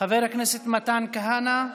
חבר הכנסת מתן כהנא,